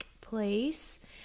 place